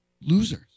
losers